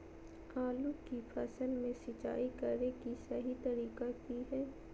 आलू की फसल में सिंचाई करें कि सही तरीका की हय?